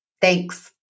Thanks